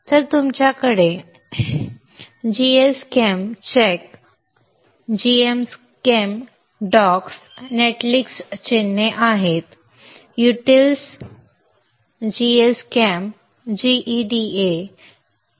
तर तुमच्याकडे gschem check gschem docs netlist चिन्हे युटिल्स gschem gEDA g योजनाबद्ध